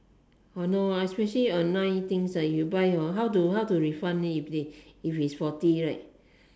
oh no especially online things ah you buy hor how to how to refund it if they if it's faulty right